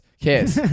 Kiss